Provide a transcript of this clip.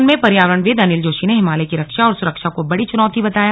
सम्मेलन में पर्यावरणविद अनिल जोशी ने हिमालय की रक्षा और सुरक्षा को बड़ी चुनौती बताया